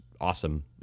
awesome